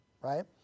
right